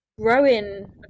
growing